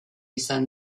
izan